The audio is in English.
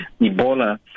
Ebola